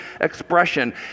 expression